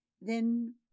Then